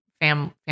family